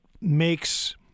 makes